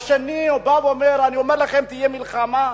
השני בא ואומר: אני אומר לכם, תהיה מלחמה,